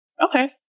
okay